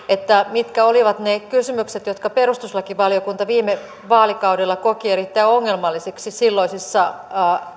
mitkä olivat ne kysymykset jotka perustuslakivaliokunta viime vaalikaudella koki erittäin ongelmallisiksi silloisissa